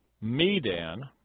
Medan